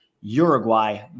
Uruguay